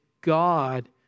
God